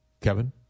Kevin